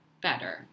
better